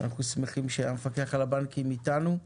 אנחנו שמחים שהמפקח על הבנקים איתנו.